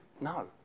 No